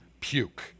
puke